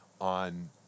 on